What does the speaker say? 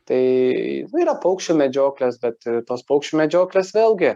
tai nu yra paukščių medžioklės bet tos paukščių medžioklės vėlgi